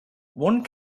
one